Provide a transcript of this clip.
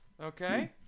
Okay